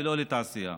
ולא לתעשייה.